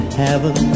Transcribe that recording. heaven